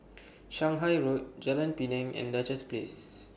Shanghai Road Jalan Pinang and Duchess Place